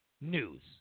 news